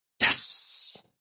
Yes